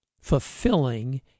fulfilling